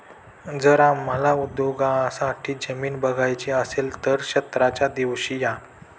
जर आपल्याला उद्योगासाठी जमीन बघायची असेल तर क्षेत्राच्या दिवशी या